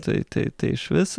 tai tai tai išvis